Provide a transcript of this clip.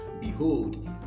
Behold